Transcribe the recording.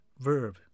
verb